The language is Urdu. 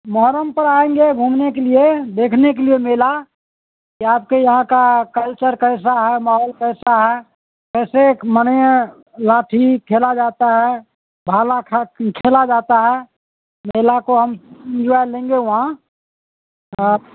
محرم پر آئیں گے گھومنے کے لیے دیکھنے کے لیے میلہ کہ آپ کے یہاں کا کلچر کیسا ہے ماحول کیسا ہے کیسے منے لاٹھی کھیلا جاتا ہے بھالا کھیلا جاتا ہے میلہ کو ہم انجوائے لیں گے وہاں